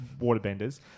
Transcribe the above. waterbenders